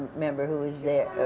remember, who was there,